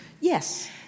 Yes